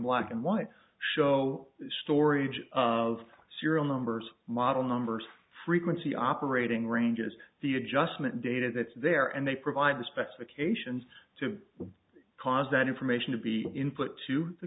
black and white show storage of serial numbers model numbers frequency operating ranges the adjustment data that's there and they provide the specifications to cause that information to be input to the